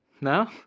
No